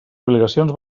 obligacions